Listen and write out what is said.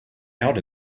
out